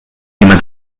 jemand